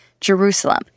Jerusalem